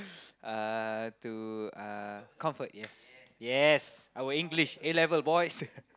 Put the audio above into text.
uh to uh comfort yes yes our English A-level boys